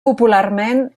popularment